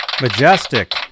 Majestic